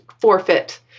forfeit